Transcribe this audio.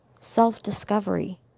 self-discovery